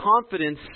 confidence